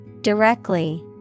Directly